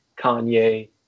kanye